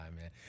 man